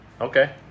okay